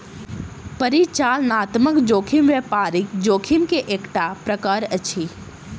परिचालनात्मक जोखिम व्यापारिक जोखिम के एकटा प्रकार अछि